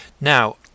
Now